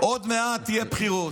עוד מעט יהיו בחירות,